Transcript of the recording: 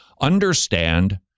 understand